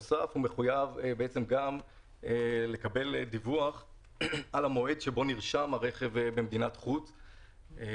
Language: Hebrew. מחויב גם לקבל דיווח על המועד שבו נרשם הרכב במדינת חוץ.